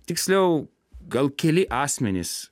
tiksliau gal keli asmenys